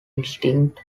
distinct